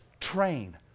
train